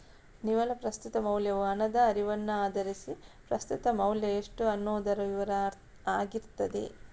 ನಿವ್ವಳ ಪ್ರಸ್ತುತ ಮೌಲ್ಯವು ಹಣದ ಹರಿವನ್ನ ಆಧರಿಸಿ ಪ್ರಸ್ತುತ ಮೌಲ್ಯ ಎಷ್ಟು ಅನ್ನುದರ ವಿವರ ಆಗಿರ್ತದೆ